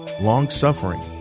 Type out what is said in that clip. long-suffering